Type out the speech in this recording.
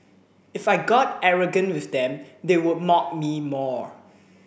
if I got arrogant with them they would mock me more